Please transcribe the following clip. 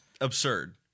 Absurd